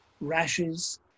rashes